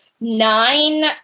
nine